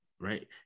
Right